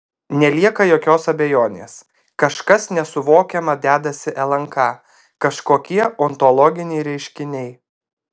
nelieka jokios abejonės kažkas nesuvokiama dedasi lnk kažkokie ontologiniai reiškiniai